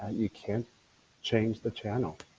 you can't change the channel,